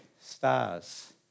stars